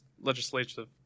legislative